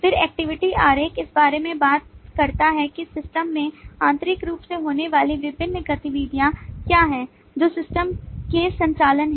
फिर Activity आरेख इस बारे में बात करता है कि सिस्टम में आंतरिक रूप से होने वाली विभिन्न गतिविधियाँ क्या हैं जो सिस्टम के संचालन हैं